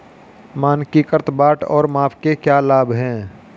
मानकीकृत बाट और माप के क्या लाभ हैं?